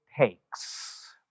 takes